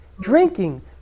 drinking